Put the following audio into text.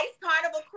carnival